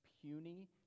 puny